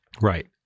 Right